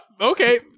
Okay